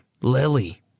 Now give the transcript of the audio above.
Lily